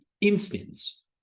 instance